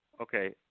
Okay